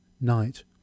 Night